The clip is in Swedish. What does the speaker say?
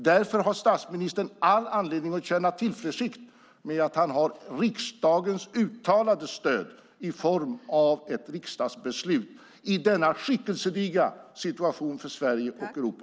Därför har statsministern all anledning att känna tillförsikt i att han har riksdagens uttalade stöd i form av ett riksdagsbeslut i denna skickelsedigra situation för Sverige och Europa.